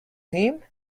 him